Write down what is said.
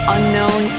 Unknown